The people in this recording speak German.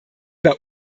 bei